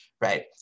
right